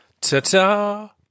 ta-ta